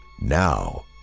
Now